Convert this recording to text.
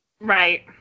Right